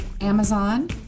Amazon